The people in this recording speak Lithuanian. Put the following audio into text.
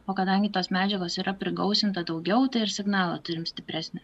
o kadangi tos medžiagos yra prigausinta daugiau tai ir signalą turim stipresnį